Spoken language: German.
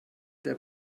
der